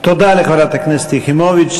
תודה לחברת הכנסת יחימוביץ.